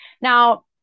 Now